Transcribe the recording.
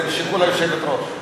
זה לשיקול היושבת-ראש.